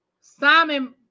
Simon